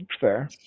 fair